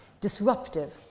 disruptive